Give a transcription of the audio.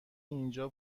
اینجا